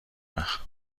وقت